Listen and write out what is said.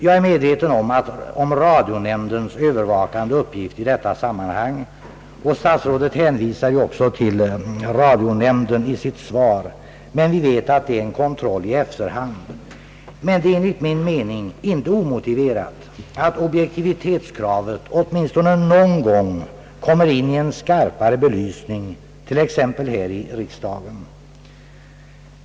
Jag är medveten om radionämndens övervakande uppgift i detta sammanhang, och statsrådet hänvisar också till radionämnden i sitt svar. Men, vi vet att det är en kontroll i efterhand. Det är inte omotiverat att objektivitetskravet åtminstone någon gång kommer in i en skarpare belysning, till exempel här i riksdagen.